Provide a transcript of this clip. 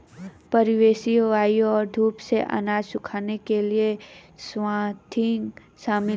परिवेशी वायु और धूप से अनाज सुखाने के लिए स्वाथिंग शामिल है